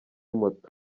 moto